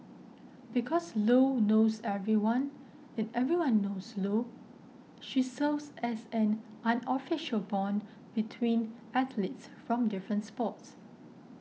because Lo knows everyone and everyone knows Lo she serves as an unofficial bond between athletes from different sports